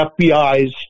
FBI's